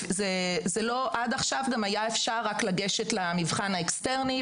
עד עכשיו היה אפשר רק לגשת למבחן האקסטרני,